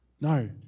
No